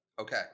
Okay